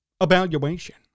evaluation